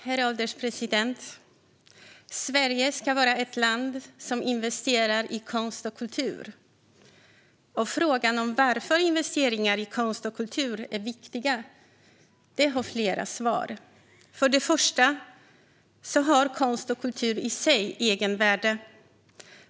Herr ålderspresident! Sverige ska vara ett land som investerar i konst och kultur. Frågan varför investeringar i konst och kultur är viktiga har flera svar. För det första har konst och kultur i sig ett egenvärde.